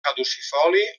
caducifoli